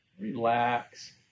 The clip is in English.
Relax